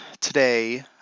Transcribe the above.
today